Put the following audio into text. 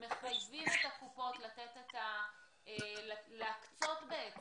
מחייבים את הקופות להקצות את